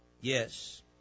Yes